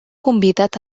convidat